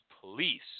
police